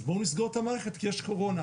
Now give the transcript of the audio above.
אז בואו נסגור את המערכת כי יש קורונה.